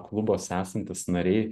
klubuose esantys nariai